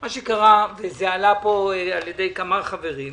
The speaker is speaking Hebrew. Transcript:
מה שקרה, וזה עלה פה על ידי כמה חברים,